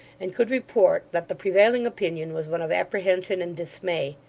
and could report that the prevailing opinion was one of apprehension and dismay.